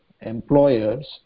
employers